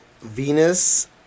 Venus